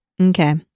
okay